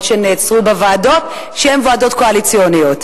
נעצרו בוועדות שהן ועדות קואליציוניות.